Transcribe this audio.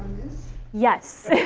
yes.